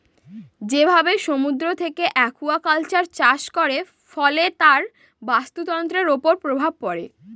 যেভাবে সমুদ্র থেকে একুয়াকালচার চাষ করে, ফলে তার বাস্তুতন্ত্রের উপর প্রভাব পড়ে